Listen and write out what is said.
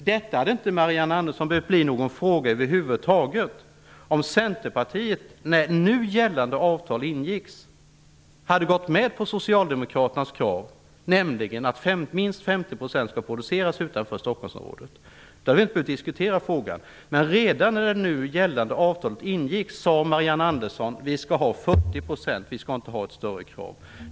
Detta hade inte, Marianne Andersson, behövt bli någon fråga över huvud taget om Centerpartiet när nu gällande avtal ingicks hade gått med på Socialdemokraternas krav att minst 50 % skall produceras utanför Stockholmsområdet. Då hade vi inte behövt diskutera frågan. Redan när det nu gällande avtalet ingicks sade Marianne Andersson att vi skall ha 40 %; vi skall inte ha ett större krav.